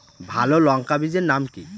ভালো লঙ্কা বীজের নাম কি?